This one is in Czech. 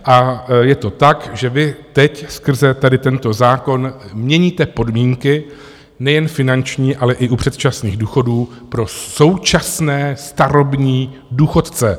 A je to tak, že vy teď skrze tady tento zákon měníte podmínky nejen finanční, ale i u předčasných důchodů pro současné starobní důchodce.